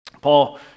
Paul